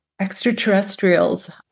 extraterrestrials